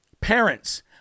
parents